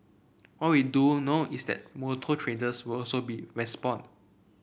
what we do know is that motor traders will also respond